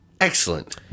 Excellent